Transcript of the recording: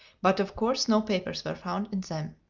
but of course no papers were found in them.